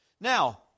Now